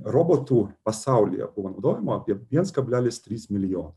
robotų pasaulyje buvo naudojama apie viens kablelis trys milijono